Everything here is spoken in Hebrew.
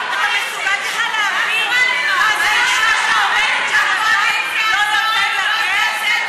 אתה מסוגל בכלל להבין מה זה אישה שעומדת והבעל לא נותן לה גט?